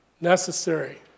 necessary